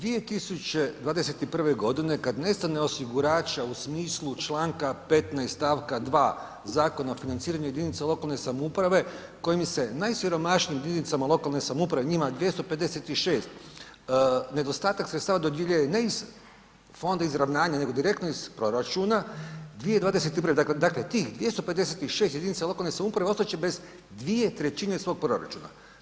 2021. g. kad ne stane osigurača u smislu članka 15. stavka 2. Zakona o financiranju jedinica lokalne samouprave kojim se najsiromašnijim jedinicama lokalne samouprave, njima 256, nedostatak sredstava dodjeljuje ne iz fonda izravnanja nego direktno iz proračuna, 2021. dakle tih 256 jedinica lokalne samouprave ostat će bez 2/3 svog proračuna.